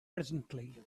presently